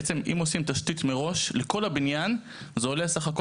אם עושים מראש תשתית לכל הבניין וזה עולה סך הכל